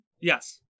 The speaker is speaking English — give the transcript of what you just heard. Yes